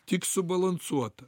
tik subalansuota